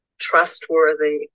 trustworthy